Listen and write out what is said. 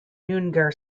noongar